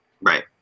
Right